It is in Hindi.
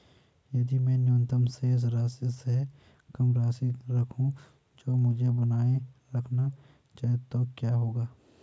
यदि मैं न्यूनतम शेष राशि से कम राशि रखूं जो मुझे बनाए रखना चाहिए तो क्या होगा?